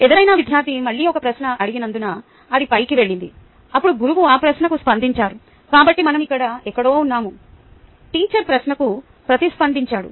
ఎవరైనా విద్యార్థి మళ్ళీ ఒక ప్రశ్న అడిగినందున అది పైకి వెళ్లింది అప్పుడు గురువు ఆ ప్రశ్నకు స్పందించారు కాబట్టి మనం ఇక్కడ ఎక్కడో ఉన్నాము టీచర్ ప్రశ్నకు ప్రతిస్పందించాడు